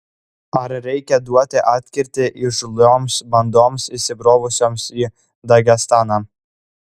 ar reikia duoti atkirtį įžūlioms bandoms įsibrovusioms į dagestaną